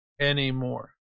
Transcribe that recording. anymore